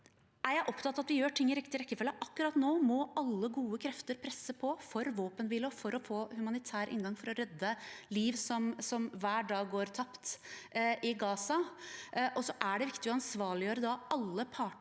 Jeg er opptatt av at vi gjør ting i riktig rekkefølge. Akkurat nå må alle gode krefter presse på for våpenhvile og for å få humanitær inngang for å redde liv, som hver dag går tapt i Gaza. Så er det viktig å ansvarliggjøre alle parter